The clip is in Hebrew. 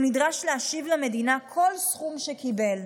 הוא נדרש להשיב למדינה כל סכום שקיבל.